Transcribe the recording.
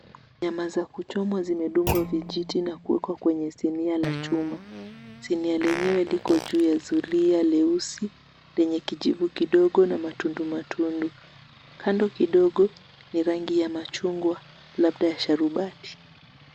Nyama za kuchomwa zimedungwa vijiti na kuwekwa kwenye sinia la chuma. Sinia lenyewe liko juu ya zulia leusi lenye kijivu kidogo na matundu matundu. Kando kidogo ni rangi ya machungwa labda ya sharubati.